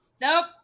nope